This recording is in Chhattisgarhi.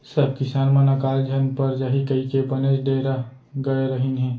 सब किसान मन अकाल झन पर जाही कइके बनेच डेरा गय रहिन हें